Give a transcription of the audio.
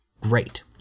great